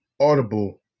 Audible